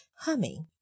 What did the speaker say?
humming